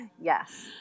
Yes